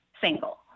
single